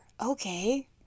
Okay